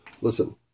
Listen